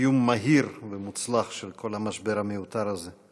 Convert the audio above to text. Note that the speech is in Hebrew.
סיום מהיר ומוצלח של כל המשבר המיותר הזה.